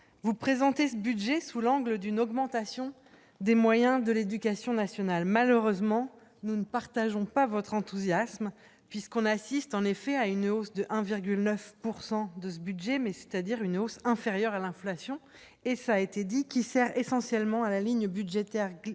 vous présentez ce budget sous l'angle d'une augmentation des moyens de l'Éducation nationale, malheureusement nous ne partageons pas votre enthousiasme, puisqu'on assiste en effet à une hausse de 1,9 pourcent de ce budget, mais c'est à dire une hausse inférieure à l'inflation et ça a été dit, qui sert essentiellement à la ligne budgétaire glissement